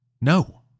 no